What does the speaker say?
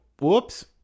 whoops